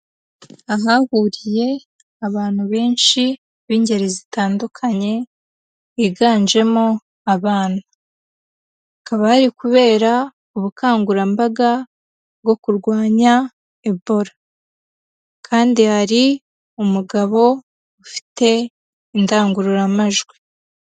Ahahuriye abantu benshi b'ingeri zitandukanye, higanjemo abana. Hakaba hari kubera ubukangurambaga bwo kurwanya Ebola kandi hari umugabo ufite indangururamajwi.